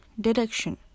direction